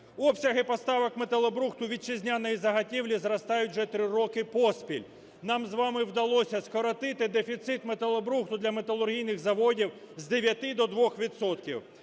Обсяги поставок металобрухту вітчизняної заготівлі зростають вже 3 роки поспіль. Нам з вами вдалося скоротити дефіцит металобрухту для металургійних заводів з 9 до 2